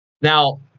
Now